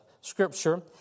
scripture